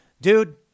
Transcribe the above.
dude